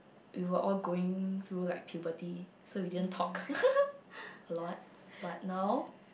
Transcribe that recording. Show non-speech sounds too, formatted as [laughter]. we were all going through like puberty so we didn't talk [laughs] a lot but now